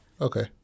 okay